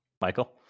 Michael